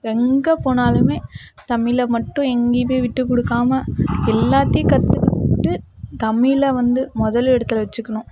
எங்கே போனாலுமே தமிழை மட்டும் எங்கேயுமே விட்டுக் கொடுக்காமல் எல்லாத்தையும் கற்றுக்கிட்டு தமிழை வந்து முதல் இடத்துல வச்சுக்கணும்